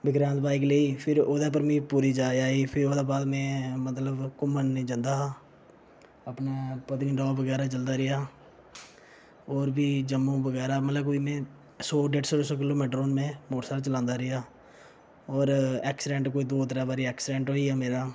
bike लेई फिर ओह्दे पर मिगी पूरी जाच आई फिर ओह्दे बाद में मतलब घूमन जंदा हा अपने पत्नीटॉप बगैरा जंदा रेहा होर बी जम्मू बगैरा मतलब कोई में सौ डेढ डेढ सौ किलो मीटर हून में मोटर सैकल चलांदा रेहा होर ऐक्सिडैंट कोई दो त्रै बारी ऐक्सिडैंट होई गेआ मेरा